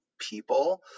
people